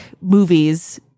movies